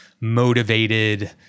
motivated